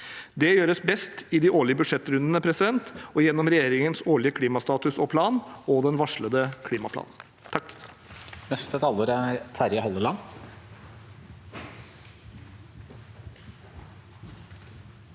Det gjøres best i de årlige budsjettrundene og gjennom regjeringens årlige klimastatus og -plan og den varslede klimaplanen. Terje